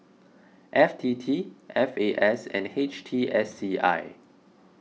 F T T F A S and H T S C I